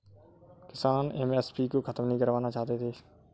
किसान एम.एस.पी को खत्म नहीं करवाना चाहते थे